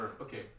Okay